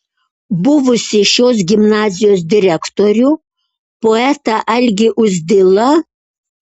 buvusį šios gimnazijos direktorių poetą algį uzdilą